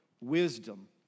wisdom